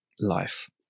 life